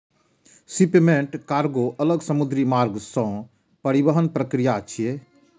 shipment कार्गों अलग समुद्री मार्ग सं परिवहनक प्रक्रिया छियै